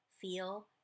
feel